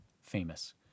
famous